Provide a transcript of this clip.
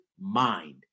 mind